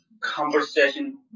conversation